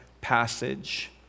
passage